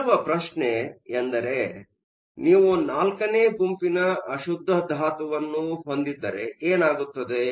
ಇಲ್ಲಿರುವ ಪ್ರಶ್ನೆ ಎಂದರೆ ನೀವು ನಾಲ್ಕನೇ ಗುಂಪಿನ ಅಶುದ್ಧ ಧಾತುವನ್ನು ಹೊಂದಿದ್ದರೆ ಏನಾಗುತ್ತದೆ